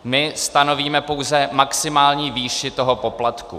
My stanovíme pouze maximální výši toho poplatku.